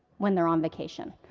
when they're on vacation.